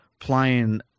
playing